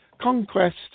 Conquest